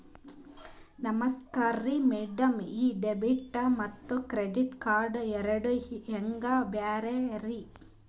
ನಮಸ್ಕಾರ್ರಿ ಮ್ಯಾಡಂ ಈ ಡೆಬಿಟ ಮತ್ತ ಕ್ರೆಡಿಟ್ ಕಾರ್ಡ್ ಎರಡೂ ಹೆಂಗ ಬ್ಯಾರೆ ರಿ?